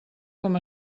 com